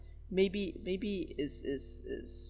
maybe maybe is is is